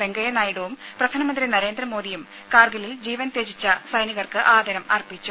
വെങ്കയ്യ നായിഡവും പ്രധാനമന്ത്രി നരേന്ദ്രമോദിയും കാർഗിലിൽ ജീവൻ ത്യജിച്ച സൈനികർക്ക് ആദരമർപ്പിച്ചു